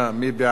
מי בעד?